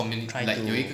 try to